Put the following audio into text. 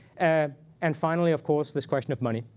and and finally, of course, this question of money.